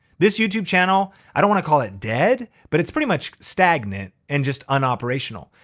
this youtube channel, i don't wanna call it dead, but it's pretty much stagnant and just un-operational.